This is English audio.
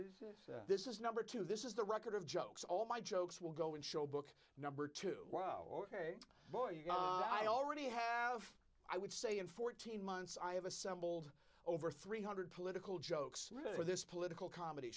writers this is number two this is the record of jokes all my jokes will go in show book number two wow ok boy i already have i would say in fourteen months i have assembled over three hundred political jokes for this political comedy